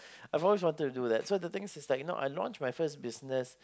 I've always wanted to do that so the things is like you know I launch my first business